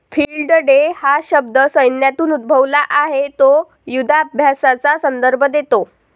field day हा शब्द सैन्यातून उद्भवला आहे तो युधाभ्यासाचा संदर्भ देतो